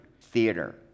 Theater